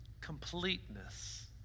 Completeness